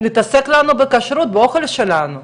מתעסק לנו בכשרות האוכל שלנו,